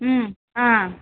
ம் ஆ